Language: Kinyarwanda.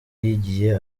yigiye